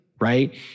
right